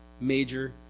major